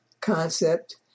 concept